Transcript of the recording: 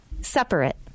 Separate